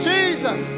Jesus